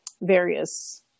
various